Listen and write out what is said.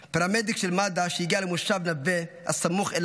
פרמדיק של מד"א, שהגיע למושב הסמוך נווה,